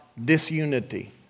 disunity